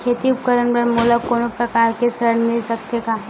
खेती उपकरण बर मोला कोनो प्रकार के ऋण मिल सकथे का?